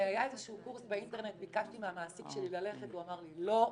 היה איזשהו קורס באינטרנט וביקשתי מהמעסיק שלי ללכת והוא אמר לי לא.